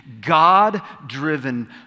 God-driven